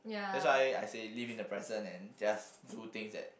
that's why I say live in the present and just do things that